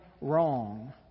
wrong